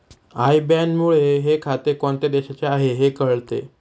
I बॅनमुळे हे खाते कोणत्या देशाचे आहे हे कळते